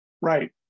right